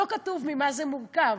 לא כתוב ממה זה מורכב.